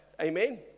Amen